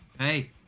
Hey